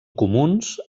comuns